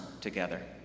together